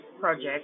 project